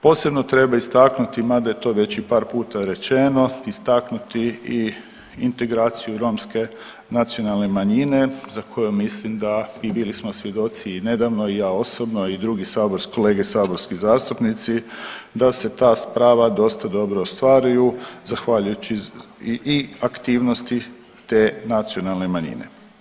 Posebno treba istaknuti, mada je to već i par puta rečeno, istaknuti i integraciju romske nacionalne manjine za koju mislim da i bili smo svjedoci i nedavno i ja osobno i drugi .../nerazumljivo/... kolege saborski zastupnici, da se ta prava dosta dobro ostvaruju zahvaljujući i aktivnosti te nacionalne manjine.